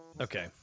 Okay